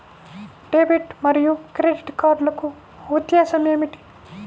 Debit మరియు credit కార్డ్లకు వ్యత్యాసమేమిటీ?